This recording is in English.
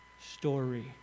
story